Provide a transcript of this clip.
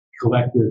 collective